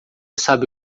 sabe